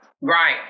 Right